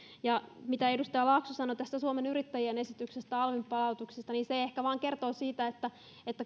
se mitä edustaja laakso sanoi tästä suomen yrittäjien esityksestä alvin palautuksesta ehkä kertoo vain siitä että